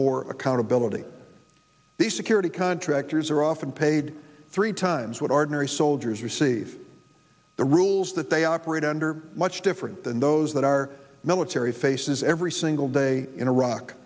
more accountability the security contractors are often paid three times what ordinary soldiers receive the rules that they operate under much different than those that our military faces every single day in iraq